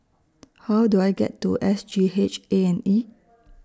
How Do I get to S G H A and E